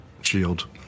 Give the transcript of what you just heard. shield